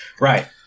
Right